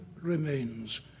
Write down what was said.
remains